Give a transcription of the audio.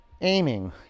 Aiming